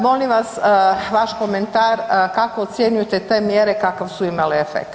Molim vas vaš komentar kako ocjenjujete te mjere kakav su imale efekat?